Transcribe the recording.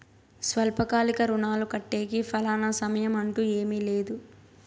స్వల్పకాలిక రుణాలు కట్టేకి ఫలానా సమయం అంటూ ఏమీ లేదు